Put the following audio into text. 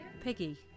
Piggy